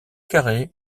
carrés